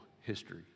history